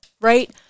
right